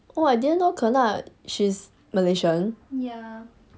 oh I didn't know ke na she's malaysian